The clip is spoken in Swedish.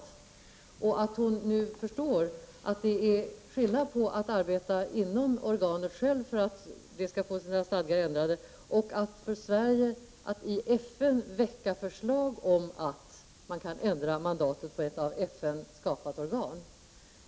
Jag tolkar henne vidare så, att hon nu förstår att det är skillnad på att å ena sidan arbeta inom organet självt för att åstadkomma en förändring av dess stadgar, å andra sidan att Sverige i FN väcker förslag om att mandatet kan ändras för ett av FN skapat organ.